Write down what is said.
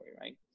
right